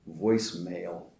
voicemail